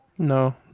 No